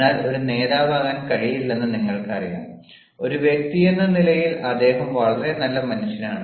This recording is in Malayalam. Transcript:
എന്നാൽ ഒരു നേതാവാകാൻ കഴിയില്ലെന്ന് നിങ്ങൾക്കറിയാം ഒരു വ്യക്തിയെന്ന നിലയിൽ അദ്ദേഹം വളരെ നല്ല മനുഷ്യനാണ്